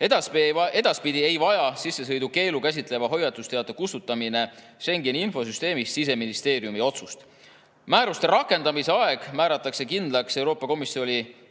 Edaspidi ei vaja sissesõidukeeldu käsitleva hoiatusteate kustutamine Schengeni infosüsteemist Siseministeeriumi otsust. Määruste rakendamise aeg määratakse kindlaks Euroopa Komisjoni